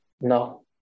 no